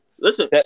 Listen